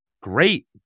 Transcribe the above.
great